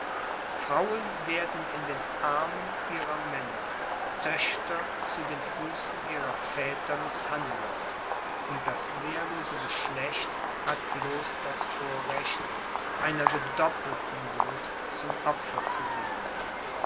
frauen werden in den armen ihrer männer töchter zu den füßen ihrer väter mißhandelt und das wehrlose geschlecht hat bloß das vorrecht einer gedoppelten wuth zum opfer zu dienen